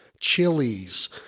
chilies